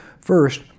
First